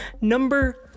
number